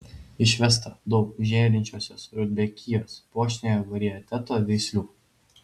išvesta daug žėrinčiosios rudbekijos puošniojo varieteto veislių